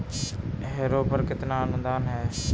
Harrow पर कितना अनुदान है?